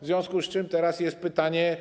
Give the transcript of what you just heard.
W związku z tym teraz jest pytanie.